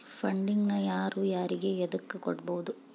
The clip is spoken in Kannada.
ಫಂಡಿಂಗ್ ನ ಯಾರು ಯಾರಿಗೆ ಎದಕ್ಕ್ ಕೊಡ್ಬೊದು?